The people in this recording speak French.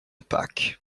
pâques